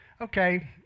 okay